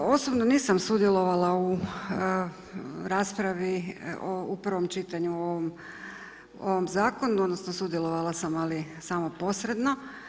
Osobno nisam sudjelovala u raspravi u prvom čitanju u ovom zakonu, odnosno, sudjelovala sam ali samo posredno.